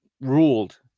ruled